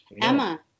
Emma